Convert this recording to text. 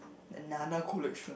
the nana collection